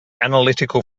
analytical